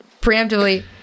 Preemptively